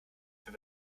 mehr